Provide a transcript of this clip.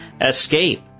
Escape